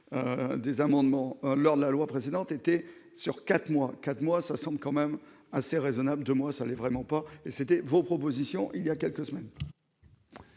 des amendements lors de la loi précédente était sur 4 mois, 4 mois, ça semble quand même assez raisonnable de moi, ça n'est vraiment pas et c'était vos propositions, il y a quelques semaines.